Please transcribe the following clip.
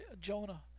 Jonah